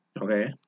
Okay